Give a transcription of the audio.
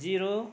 zero